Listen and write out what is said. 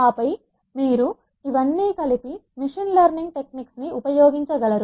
ఆపై మీరు ఇవన్నీ కలిపి మెషిన్ లెర్నింగ్ టెక్నిక్స్ ను ఉపయోగించగలరు